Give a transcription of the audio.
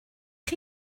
chi